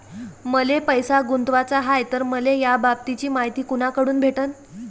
मले पैसा गुंतवाचा हाय तर मले याबाबतीची मायती कुनाकडून भेटन?